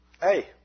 Hey